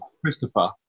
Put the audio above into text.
Christopher